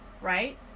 Right